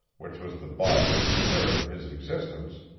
which was the body and spirit of his existence,